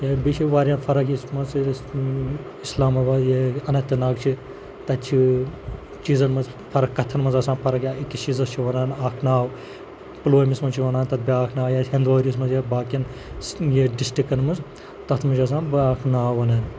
یا بیٚیہِ چھِ واریاہ فرق یُس مانٛژٕ ییٚلہِ أسۍ اِسلام آباد یا اننت ناگ چھِ تَتہِ چھِ چیٖزَن منٛز فرق کَتھَن منٛز فرق آسان فرق یا أکِس چیٖزَس چھِ وَنان اَکھ ناو پُلوٲمِس منٛز چھِ ونان تَتھ بیٛاکھ ناو یا ہَنٛدوٲرِس منٛز یا باقٕیَن دِسٹِرٛکَن منٛز تَتھ منٛز چھِ آسان بیٛاکھ ناو ونان